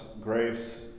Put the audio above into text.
grace